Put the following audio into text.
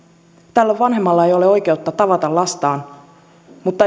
tällä vanhemmalla ei ole oikeutta tavata lastaan mutta